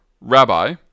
Rabbi